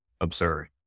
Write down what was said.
absurd